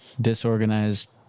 disorganized